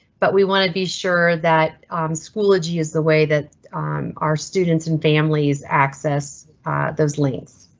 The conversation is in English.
but we want to be sure that schoology is the way that our students and families access those links.